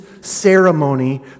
ceremony